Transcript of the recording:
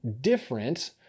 different